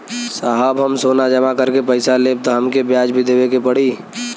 साहब हम सोना जमा करके पैसा लेब त हमके ब्याज भी देवे के पड़ी?